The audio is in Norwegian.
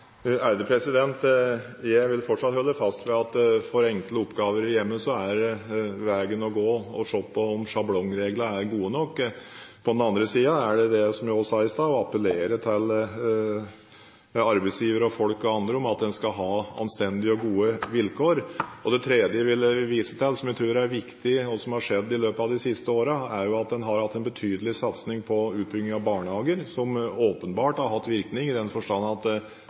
en forklaring. Jeg vil fortsatt holde fast ved at for enkle oppgaver i hjemmet er veien å gå å se på om sjablongreglene er gode nok. På den andre siden er det, som jeg også sa i stad, bedre å appellere til arbeidsgivere og folk og andre om at en skal ha anstendige og gode vilkår. Det tredje jeg ville vise til, som jeg tror er viktig, og som har skjedd i løpet av de siste årene, er at en har hatt en betydelig satsing på utbygging av barnehager, noe som åpenbart har hatt virkning, i den forstand at